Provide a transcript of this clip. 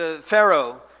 Pharaoh